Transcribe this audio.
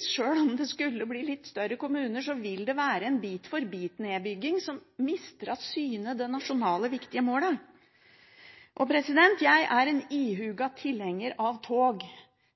sjøl om det skulle bli litt større kommuner, vil det være en bit-for-bit-nedbygging som mister av syne det nasjonale viktige målet. Jeg er en ihuga tilhenger av tog.